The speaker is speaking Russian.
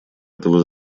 этого